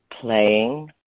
playing